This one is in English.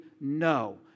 no